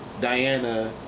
Diana